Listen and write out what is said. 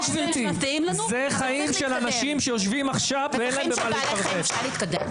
זה חיים של אנשים שיושבים עכשיו ואין להם ממה להתפרנס.